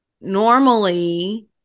normally